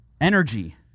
Energy